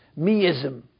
meism